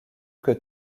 que